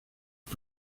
who